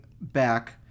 back